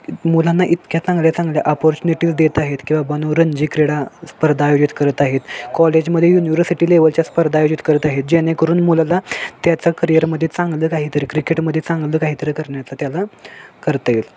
मुलांना इतक्या चांगल्या चांगल्या अपॉर्च्युनिटीज देत आहेत किंवा बा नोरंजी क्रीडा स्पर्धा आयोजित करत आहेत कॉलेजमध्ये युनिवर्सिटी लेवलच्या स्पर्धा आयोजित करत आहेत जेणेकरून मुलाला त्याचा करियरमध्ये चांगलं काहीतरी क्रिकेटमध्ये चांगलं काहीतरी करण्याचा त्याला करता येईल